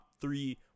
three